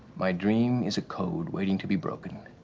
my dream is a code waiting to be broken.